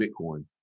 Bitcoin